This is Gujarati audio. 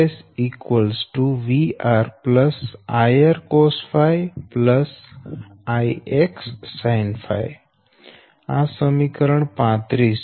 તેથી |Vs| |VR| I R cosɸ I X sinɸ આ સમીકરણ 35 છે